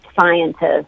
scientists